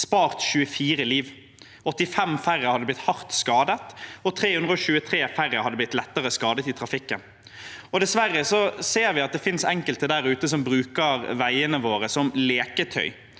spart 24 liv, 85 færre hadde blitt hardt skadet og 323 færre lettere skadet i trafikken. Dessverre ser vi at det finnes enkelte der ute som bruker veiene våre som leketøy.